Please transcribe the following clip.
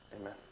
amen